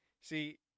See